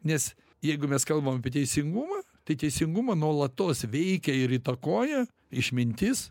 nes jeigu mes kalbam apie teisingumą tai teisingumą nuolatos veikia ir įtakoja išmintis